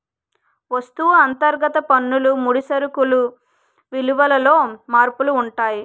వస్తువు అంతర్గత పన్నులు ముడి సరుకులు విలువలలో మార్పులు ఉంటాయి